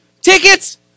Tickets